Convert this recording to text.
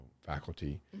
faculty